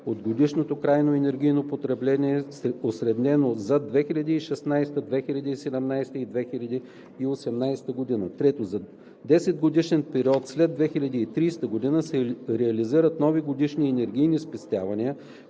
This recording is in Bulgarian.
от годишното крайно енергийно потребление, осреднено за 2016 г., 2017 г. и 2018 г. (3) За 10-годишен период след 2030 г. се реализират нови годишни енергийни спестявания,